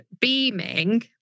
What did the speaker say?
beaming